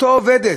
אותה עובדת,